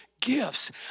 gifts